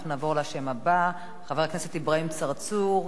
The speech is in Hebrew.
נעבור לחבר הכנסת אברהים צרצור,